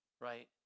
right